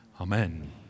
Amen